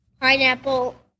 pineapple